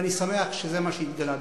ואני שמח שזה מה שהתגלה,